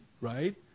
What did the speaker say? right